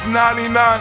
99